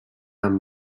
amb